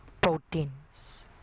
proteins